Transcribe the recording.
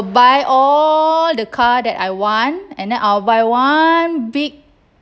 buy all the car that I want and then I'll buy one big